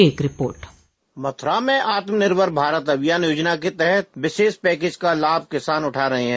एक रिपोर्ट मथुरा में आत्मनिर्भर भारत अभियान योजना के तहत विशेष पैकेज का लाभ किसान उठा रहे हैं